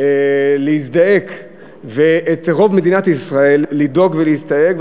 להזדעק ואת רוב מדינת ישראל לדאוג ולהזדעק.